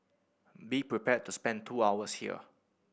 be prepared to spend two hours here